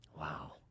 Wow